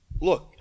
Look